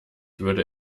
würde